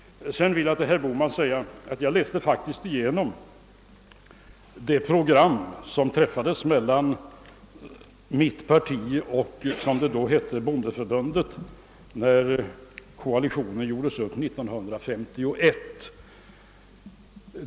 Sedan, herr Bohman, har jag faktiskt läst igenom det program, som träffades mellan mitt parti och bondeförbundet —- som det då hette — när koalitionen kom till 1951.